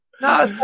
No